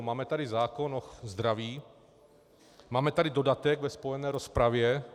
Máme tady zákon o zdraví, máme tady dodatek ve spojené rozpravě.